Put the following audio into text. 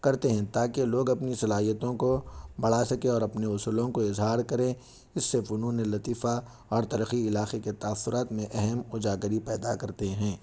کرتے ہیں تاکہ لوگ اپنی صلاحیتوں کو بڑھا سکیں اور اپنے اصولوں کو اظہار کریں اِس سے فنون لطیفہ اور ترقی علاقہ کے تاثرات میں اہم اجاگری پیدا کرتے ہیں